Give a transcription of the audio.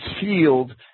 field